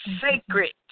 sacred